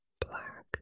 black